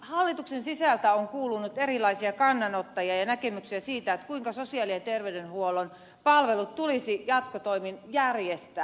hallituksen sisältä on kuulunut erilaisia kannanottoja ja näkemyksiä siitä kuinka sosiaali ja terveydenhuollon palvelut tulisi jatkotoimin järjestää